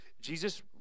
Jesus